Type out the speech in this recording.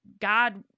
God